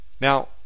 Now